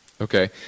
Okay